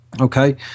Okay